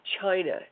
China